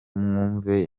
mwumve